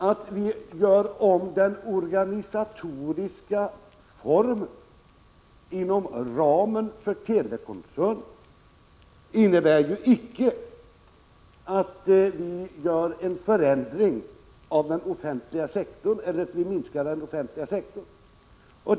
Att vi gör om den organisatoriska formen inom ramen för telekoncernen innebär ju icke att vi minskar den offentliga sektorn.